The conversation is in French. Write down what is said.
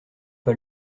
pas